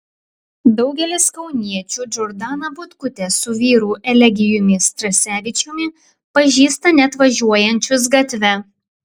daugelis kauniečių džordaną butkutę su vyru elegijumi strasevičiumi pažįsta net važiuojančius gatve